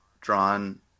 drawn